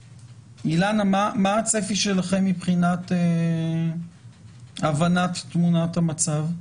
אילנה, מה הצפי שלכם מבחינת הבנת תמונת המצב.